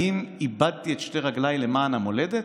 האם איבדתי את שתי רגליי למען המולדת,